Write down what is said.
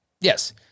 Yes